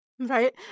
Right